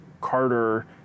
Carter